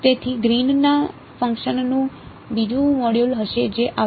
તેથી તે ગ્રીનનાં ફંક્શનનું બીજું મોડ્યુલ હશે જે આવશે